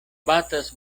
batas